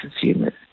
consumers